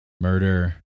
murder